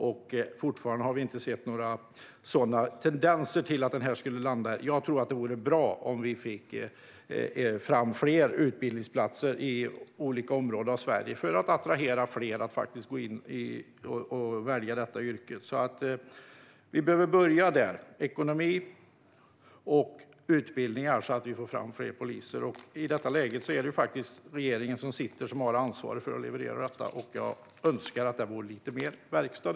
Vi har fortfarande inte sett några tendenser till att den skulle landa. Det vore bra om vi fick fram fler utbildningsplatser i olika områden av Sverige för att attrahera fler att välja detta yrke. Vi behöver börja där. Det handlar om ekonomi och utbildningar så att vi får fram fler poliser. I detta läge är det den sittande regeringen som har ansvaret för att leverera. Jag önskar att det vore lite mer verkstad.